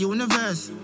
Universe